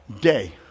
day